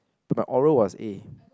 but my oral was A